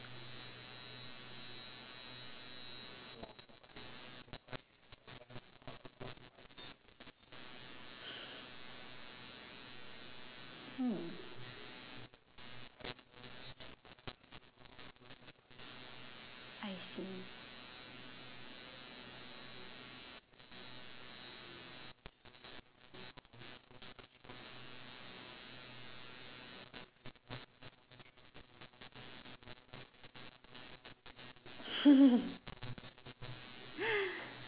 hmm I see